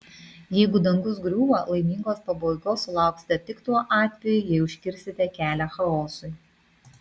jeigu dangus griūva laimingos pabaigos sulauksite tik tuo atveju jei užkirsite kelią chaosui